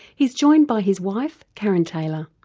he's joined by his wife karen taylor.